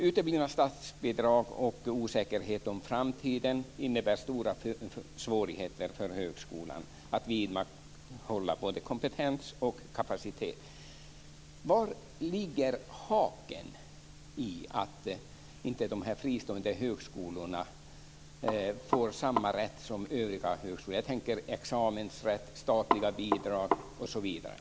Uteblivna statsbidrag och osäkerhet om framtiden innebär stora svårigheter för högskolan att vidmakthålla både kompetens och kapacitet. Var ligger haken som gör att de här fristående högskolorna inte får samma rätt som övriga högskolor? Jag tänker på examensrätt, statliga bidrag osv.